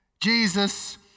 Jesus